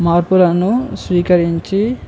మార్పులను స్వీకరించి